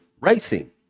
racing